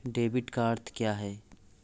Debit का अर्थ क्या है?